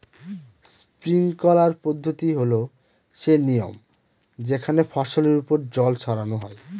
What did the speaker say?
sprinkler পদ্ধতি হল সে নিয়ম যেখানে ফসলের ওপর জল ছড়ানো হয়